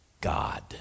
God